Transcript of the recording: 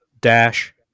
Dash